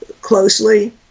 closely